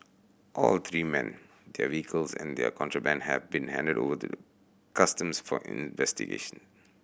all three men their vehicles and the contraband have been handed over to Customs for investigation